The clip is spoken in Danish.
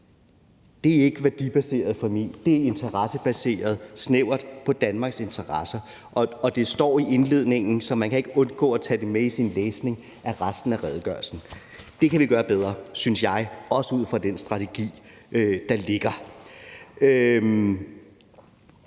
det er ikke værdibaseret for mig, det er interessebaseret, baseret snævert på Danmarks interesser. Og det står i indledningen, så man kan ikke undgå at tage det med i sin læsning af resten af redegørelsen. Det kan vi gøre bedre, synes jeg, også ud fra den strategi, der ligger.